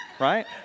Right